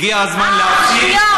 הגיע הזמן להפסיק,